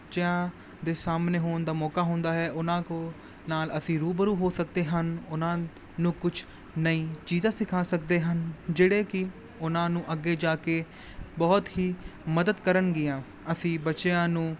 ਬੱਚਿਆਂ ਦੇ ਸਾਹਮਣੇ ਹੋਣ ਦਾ ਮੌਕਾ ਹੁੰਦਾ ਹੈ ਉਹਨਾਂ ਕੋ ਨਾਲ ਅਸੀਂ ਰੂਬਰੂ ਹੋ ਸਕਦੇ ਹਨ ਉਹਨਾਂ ਨੂੰ ਕੁਛ ਨਵੀਂ ਚੀਜ਼ਾਂ ਸਿਖਾ ਸਕਦੇ ਹਨ ਜਿਹੜੇ ਕਿ ਉਹਨਾਂ ਨੂੰ ਅੱਗੇ ਜਾ ਕੇ ਬਹੁਤ ਹੀ ਮਦਦ ਕਰਨਗੀਆਂ ਅਸੀਂ ਬੱਚਿਆਂ ਨੂੰ